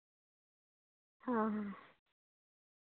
ᱦᱚᱸ